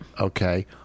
Okay